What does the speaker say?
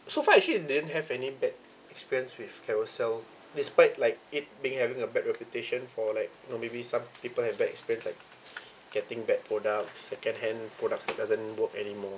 so far actually didn't have any bad experience with carousel despite like it being having a bad reputation for like know maybe some people have bad experience like getting bad products second-hand products that doesn't work anymore